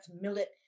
millet